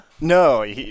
No